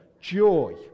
joy